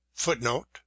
footnote